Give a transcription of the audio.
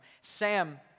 Sam